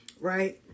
right